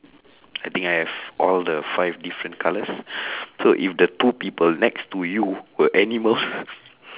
I think I have all the five different colours so if the two people next to you were animals